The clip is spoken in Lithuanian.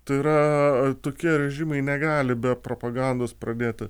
tai yra tokie režimai negali be propagandos pradėti